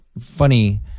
funny